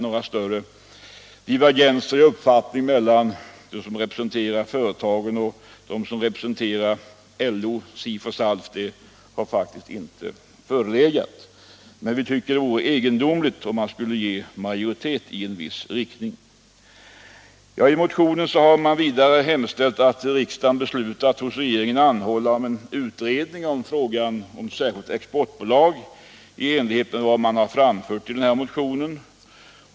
Några större divergénser i uppfattningarna mellan dem som representerar företagen och dem som representerar LO, SIF och SALF föreligger hittills inte. I motionen har vidare hemställts att riksdagen skall besluta att hos regeringen anhålla om utredning av frågan om ett särskilt exportbolag.